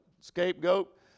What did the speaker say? scapegoat